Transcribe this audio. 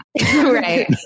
right